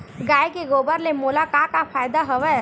गाय के गोबर ले मोला का का फ़ायदा हवय?